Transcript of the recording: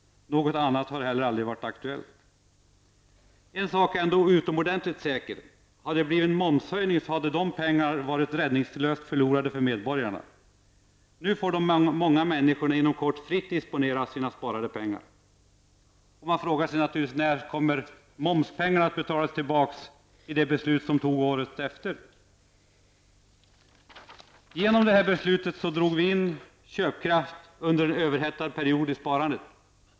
Något annat har heller aldrig varit aktuellt. En sak är ändå utomordentligt säker. Hade det blivit en momshöjning, hade de pengarna varit räddningslöst förlorade för medborgarna. Nu får de många människorna inom kort fritt disponera sina sparade pengar. Man frågar sig naturligtvis: När kommer de pengar att betalas tillbaka som dragits in genom momsbeslutet året efter? Genom det här beslutet drog vi in köpkraft under en överhettad period.